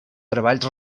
treballs